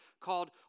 called